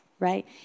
right